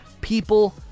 people